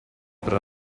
per